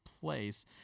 place